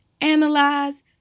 analyze